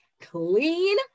clean